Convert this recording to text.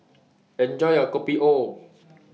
Enjoy your Kopi O